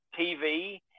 TV